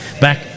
Back